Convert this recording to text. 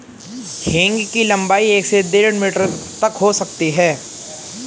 हींग की लंबाई एक से डेढ़ मीटर तक हो सकती है